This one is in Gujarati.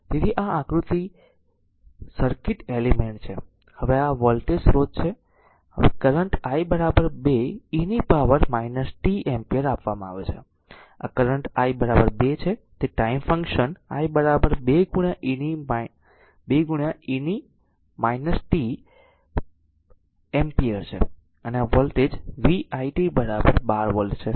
તેથી આ તે આ આકૃતિ સર્કિટ એલિમેન્ટ છે હવે આ વોલ્ટેજ સ્રોત છે હવે કરંટ i 2 e ની પાવર t એમ્પીયર આપવામાં આવે છે આ કરંટ i 2 છે તે time function i 2 e t ampere છે અને આ વોલ્ટેજ v it 12 વોલ્ટ છે